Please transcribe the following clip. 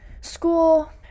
school